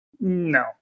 no